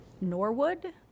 Norwood